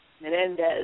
Menendez